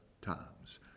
times